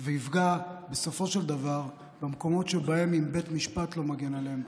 ויפגע בסופו של דבר במקומות שבהם אם בית משפט לא מגן עליהם,